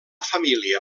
família